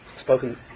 spoken